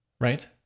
Right